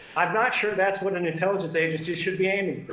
i'm not sure that's what an intelligence agency should be aiming